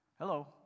hello